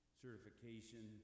certification